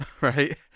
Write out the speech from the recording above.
right